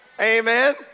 Amen